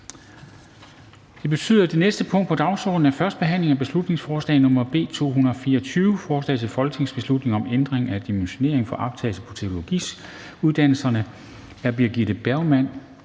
slut. --- Det næste punkt på dagsordenen er: 2) 1. behandling af beslutningsforslag nr. B 224: Forslag til folketingsbeslutning om ændring af dimensioneringen for optaget på teologiuddannelserne. Af Birgitte Bergman